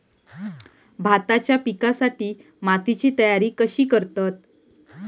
भाताच्या पिकासाठी मातीची तयारी कशी करतत?